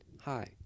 hi